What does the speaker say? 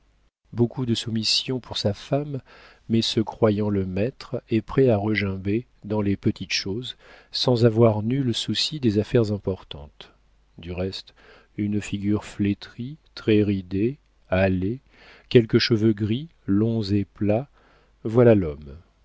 beaucoup de soumission pour sa femme mais se croyant le maître et prêt à se regimber dans les petites choses sans avoir nul souci des affaires importantes du reste une figure flétrie très ridée hâlée quelques cheveux gris longs et plats voilà l'homme